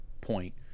point